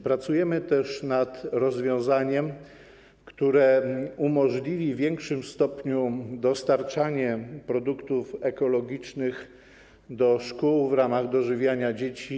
Pracujemy też nad rozwiązaniem, które w większym stopniu umożliwi dostarczanie produktów ekologicznych do szkół w ramach dożywiania dzieci.